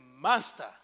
master